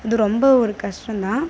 அது ரொம்ப ஒரு கஷ்டந்தான்